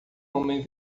homem